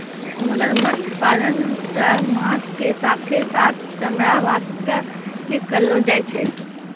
मगरमच्छ पालन सॅ मांस के साथॅ साथॅ चमड़ा वास्तॅ ही करलो जाय छै